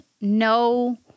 no